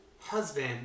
husband